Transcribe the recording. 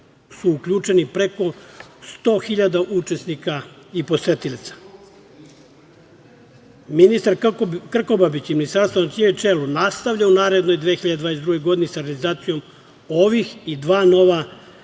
su uključeni preko 100 hiljada učesnika i posetilaca. Ministar Krkobabić i ministarstvo na čijem je čelu nastavlja u narednoj 2022. godini sa realizacijom ovih i dva nova